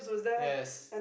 yes